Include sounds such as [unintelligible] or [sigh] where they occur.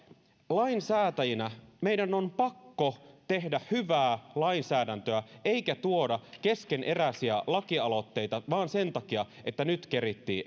lainsäätäjinä meidän on pakko tehdä hyvää lainsäädäntöä eikä tuoda keskeneräisiä lakialoitteita vain sen takia että nyt kerittiin [unintelligible]